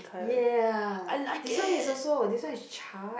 yeah this one is also this one is charred